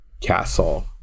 Castle